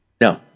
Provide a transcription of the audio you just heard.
No